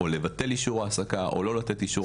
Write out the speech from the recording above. לבטל אישור העסקה או לא לתת אישור